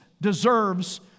deserves